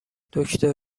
دکتر